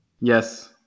Yes